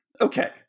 Okay